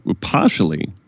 partially